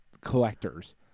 collectors